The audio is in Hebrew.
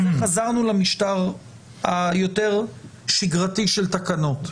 חזרנו למשטר היותר שגרתי של תקנות.